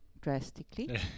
drastically